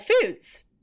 Foods